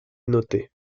noté